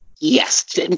Yes